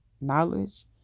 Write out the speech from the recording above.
knowledge